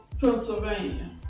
Pennsylvania